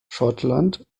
schottland